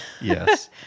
yes